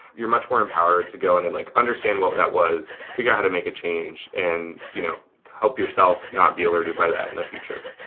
you're much more empowered to go in and like understand what that was, figure out how to make a change and you know help yourself not be alerted by that in the future.